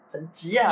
很急 ah